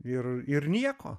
ir ir nieko